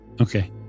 okay